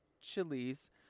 chilies